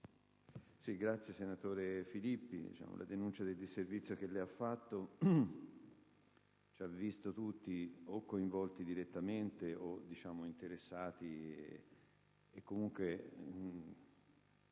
finestra"). Senatore Filippi, la denuncia del disservizio che lei ha fatto ci ha visto tutti o coinvolti direttamente o interessati, potendosi